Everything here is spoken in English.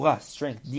strength